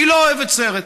היא לא אוהבת סרט,